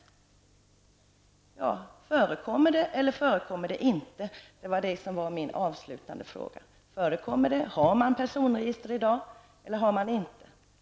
Ja, förekommer det eller förekommer det inte? Det var min avslutande fråga. Har man personregister i dag eller har man det inte?